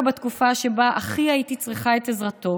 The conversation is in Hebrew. בתקופה שבה הכי הייתי צריכה את עזרתו.